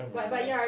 can't remember